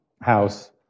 House